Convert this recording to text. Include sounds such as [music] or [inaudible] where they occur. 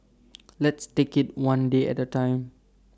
[noise] let's take IT one day at the time